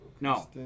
No